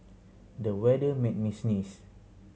the weather made me sneeze